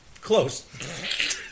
Close